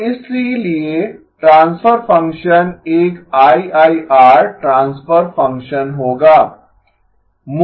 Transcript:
तो इसीलिए transfer function एक आईआईआर ट्रांसफर फंक्शन होगा